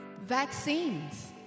Vaccines